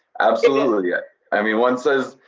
absolutely, yeah. i mean, one says,